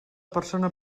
persona